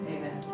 Amen